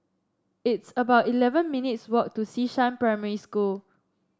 it's about eleven minutes' walk to Xishan Primary School